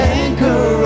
anchor